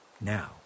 now